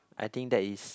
I think that is